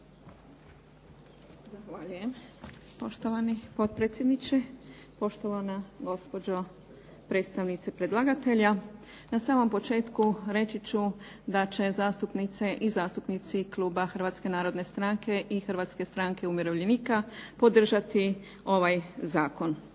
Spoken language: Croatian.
Zahvaljujem. Poštovani potpredsjedniče, poštovana gospođo predstavnice predlagatelja. Na samom početku reći ću da će zastupnice i zastupnici kluba Hrvatske narodne stranke i Hrvatske stranke umirovljenika podržati ovaj zakon.